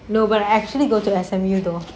no but I actually go to S_M_U though